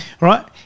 Right